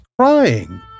crying